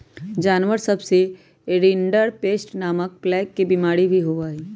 जानवर सब में रिंडरपेस्ट नामक प्लेग के बिमारी भी होबा हई